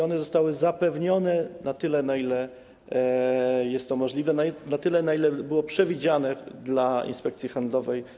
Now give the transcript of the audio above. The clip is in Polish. One zostały zapewnione na tyle, na ile jest to możliwe, na tyle, na ile było to przewidziane dla Inspekcji Handlowej.